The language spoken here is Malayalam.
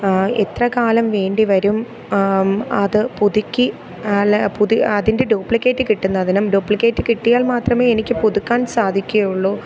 എത്രകാലം വേണ്ടിവരും അത് പുതുക്കി അല്ല അതിൻ്റെ ഡ്യൂപ്ലിക്കേറ്റ് കിട്ടുന്നതിനും ഡ്യൂപ്ലിക്കേറ്റ് കിട്ടിയാൽ മാത്രമേ എനിക്ക് പുതുക്കാൻ സാധിക്കുകയുള്ളൂ